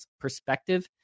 perspective